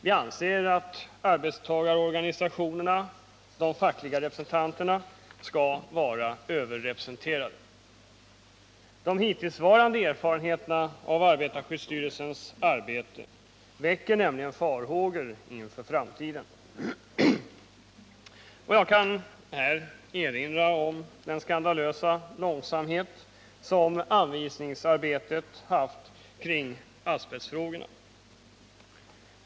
Vi anser att arbetstagarorganisationerna — de fackliga representanterna — skall vara överrepresenterade. De hittillsvarande erfarenheterna av arbetarskyddsstyrelsens arbete väcker farhågor inför framtiden. Jag kan erinra om den skandalösa långsamhet som anvisningsarbetet kring asbestfrågorna bedrivits med.